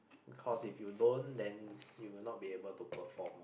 because if you don't then you will not be able to perform